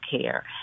care